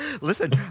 Listen